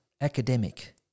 academic